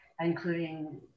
including